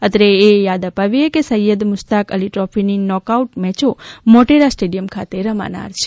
અત્રે એ થાદ આપીએ કે સૈયદ મુશતાક અલી દ્રોફીની નોક આઉટ મેચો મોટેરા સ્ટેડિયમ ખાતે રમાનાર છે